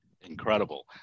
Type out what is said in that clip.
Incredible